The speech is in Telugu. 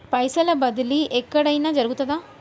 పైసల బదిలీ ఎక్కడయిన జరుగుతదా?